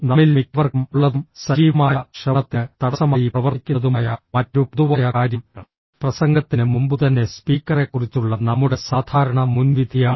നമ്മിൽ മിക്കവർക്കും ഉള്ളതും സജീവമായ ശ്രവണത്തിന് തടസ്സമായി പ്രവർത്തിക്കുന്നതുമായ മറ്റൊരു പൊതുവായ കാര്യം പ്രസംഗത്തിന് മുമ്പുതന്നെ സ്പീക്കറെക്കുറിച്ചുള്ള നമ്മുടെ സാധാരണ മുൻവിധിയാണ്